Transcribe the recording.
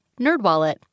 NerdWallet